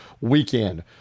weekend